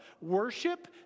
worship